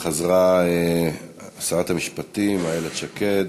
חזרה שרת המשפטים איילת שקד.